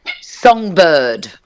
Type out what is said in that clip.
songbird